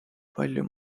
palju